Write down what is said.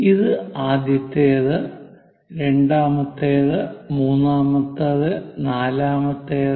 ഇത് ആദ്യത്തേത് രണ്ടാമത്തേത് മൂന്നാമത്തേത് നാലാമത്തേത്